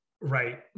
right